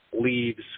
leaves